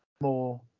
more